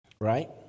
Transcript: right